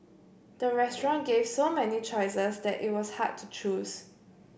the restaurant gave so many choices that it was hard to choose